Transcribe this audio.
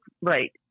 right